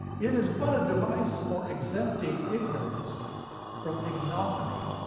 it is but a device for exempting ignorance from ignominy.